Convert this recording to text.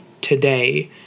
today